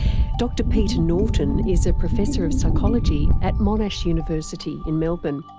dr peter norton is a professor of psychology at monash university in melbourne.